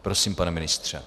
Prosím, pane ministře.